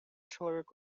человек